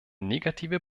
negative